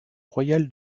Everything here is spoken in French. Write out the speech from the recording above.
royal